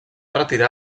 retirar